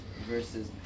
versus